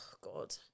God